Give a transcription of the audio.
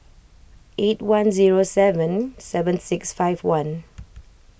eight one zero seven seven six five one